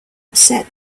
upset